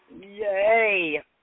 Yay